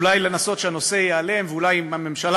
אולי לנסות שהנושא ייעלם ואולי אם הממשלה